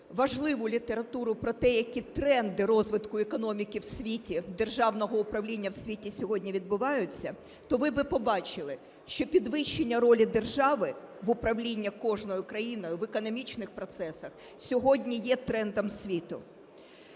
важливу літературу про те, які тренди розвитку економіки в світі, державного управління в світі сьогодні відбуваються, то ви би побачили, що підвищення ролі держави в управлінні кожною країною, в економічних процесах, сьогодні є трендом світу.